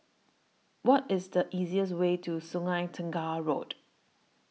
What IS The easiest Way to Sungei Tengah Road